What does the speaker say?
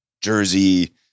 Jersey